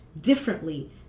differently